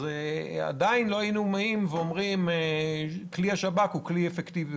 אז עדיין לא היינו אומרים שכלי השב"כ הוא כלי אפקטיבי,